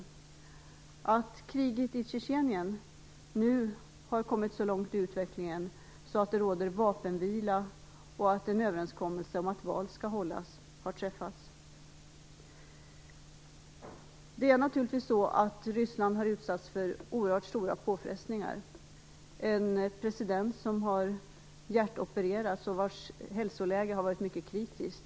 Vidare har kriget i Tjetjenien nu kommit så långt i utvecklingen att det råder vapenvila och att en överenskommelse har träffats om att val skall hållas. Ryssland har naturligtvis utsatts för oerhört stora påfrestningar. Man har ju en president som hjärtopererats och vars hälsoläge varit mycket kritiskt.